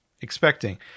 expecting